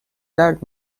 درد